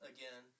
Again